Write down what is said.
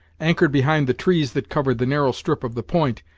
anchored behind the trees that covered the narrow strip of the point,